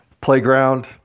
playground